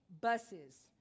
buses